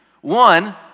one